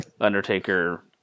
undertaker